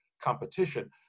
competition